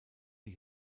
die